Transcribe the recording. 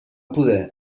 poder